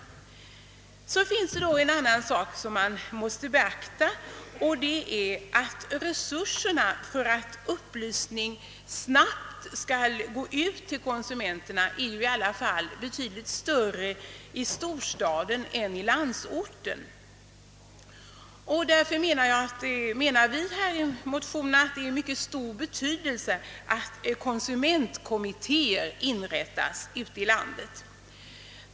Man måste också beakta att resurserna att snabbt föra ut upplysningen till konsumenterna i alla fall är betydligt större i storstaden än i landsorten. Därför anser vi motionärer att det är av mycket stor betydelse att konsumentkommittéer inrättas ute i landet.